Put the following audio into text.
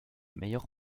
meilleures